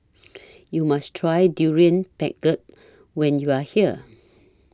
YOU must Try Durian Pengat when YOU Are here